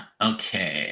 Okay